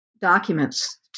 documents